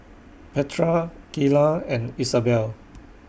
Petra Keila and Isabel